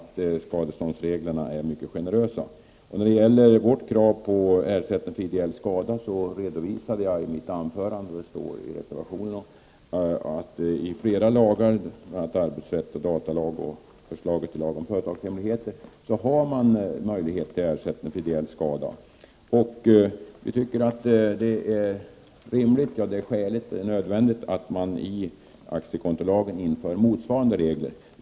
1989/90:31 ståndsreglerna är mycket generösa. 22 november 1989 När det gäller kravet på ersättning för ideell skada redovisade jag i mitt. Z—G-- anförande att det i flera lagar, bl.a. arbetsrättslagen, datalagen och förslaget till lag om företagshemligheter, ges möjlighet till sådan ersättning. Det är rimligt, skäligt och nödvändigt att motsvarande regler införs i aktiekontolagen.